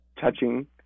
Touching